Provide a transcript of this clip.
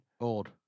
Old